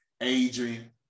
Adrian